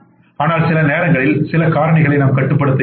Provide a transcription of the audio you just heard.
ஆனால் சில நேரங்களில் சில காரணிகளை நாம் கட்டுப்படுத்த இயலாது